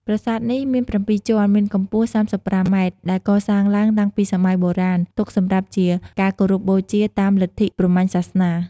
ប្រាសាទនេះមាន៧ជាន់ មានកំពស់ ៣៥ម៉ែត្រ ដែលកសាងឡើងតាំងពីសម័យបុរាណ ទុកសំរាប់ជាការគោរពបូជាតាមលទ្ធិព្រហ្មញ្ញសាសនា។